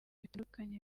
bitandukanye